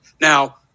now